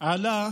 עלה